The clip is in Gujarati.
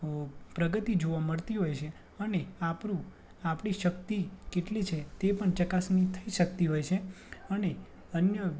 પ્રગતિ જોવા મળતી હોય છે અને આપણું આપણી શક્તિ કેટલી છે તે પણ ચકાસણી થઈ શકતી હોય છે અને અન્ય